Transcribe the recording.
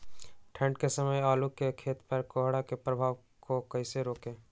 ठंढ के समय आलू के खेत पर कोहरे के प्रभाव को कैसे रोके?